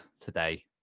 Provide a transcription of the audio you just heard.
today